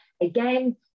again